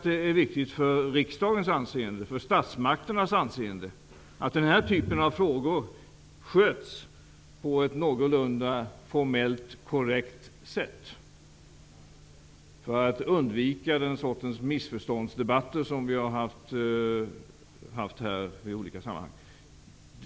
Det är viktigt för riksdagens och statsmakternas anseende att den här typen av frågor sköts på ett någorlunda formellt, korrekt sätt för att undvika den sortens ''missförståndsdebatter'' som vi har haft i olika sammanhang.